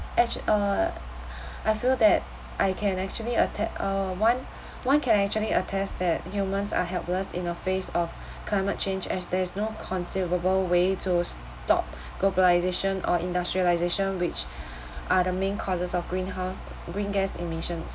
edge uh I feel that I can actually atte~ uh one one can actually attest that humans are helpless in the face of climate change as there is no conceivable way to stop globalisation or industrialisation which are the main causes of greenhouse green gas emissions